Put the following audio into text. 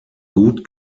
gut